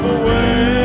away